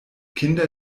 kinder